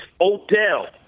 Odell